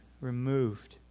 removed